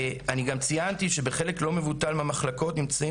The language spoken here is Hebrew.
אני גם ציינתי שבחלק לא מבוטל מהמחלקות נמצאים